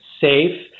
safe